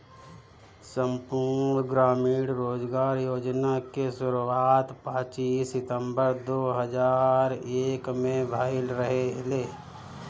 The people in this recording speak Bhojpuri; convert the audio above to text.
संपूर्ण ग्रामीण रोजगार योजना के शुरुआत पच्चीस सितंबर दो हज़ार एक में भइल रहे